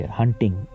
hunting